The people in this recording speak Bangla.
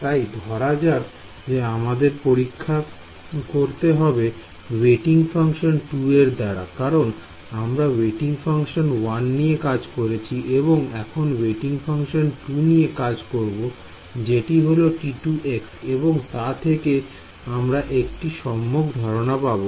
তাই ধরা যাক যা আমাদের পরীক্ষা করতে হবে ওয়েটিং ফাংশন 2 এর দ্বারা কারণ আমরা ওয়েটিং ফাংশন 1 নিয়ে কাজ করেছি এবং এখন ওয়েটিং ফাংশন 2 নিয়ে কাজ করব যেটি হল T2 এবং তা থেকে আমরা একটি সম্যক ধারণা পাব